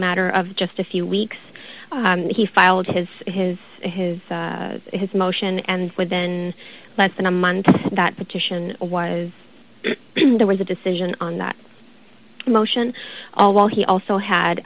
matter of just a few weeks he filed his his his his motion and within less than a month that petition was there was a decision on that motion although he also had